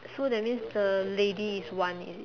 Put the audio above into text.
so that means the lady is one is it